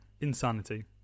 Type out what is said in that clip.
insanity